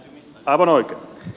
aivan oikein